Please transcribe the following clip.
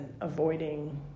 avoiding